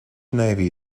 navy